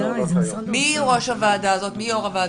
מי יו"ר הוועדה?